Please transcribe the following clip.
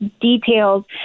details